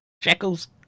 shekels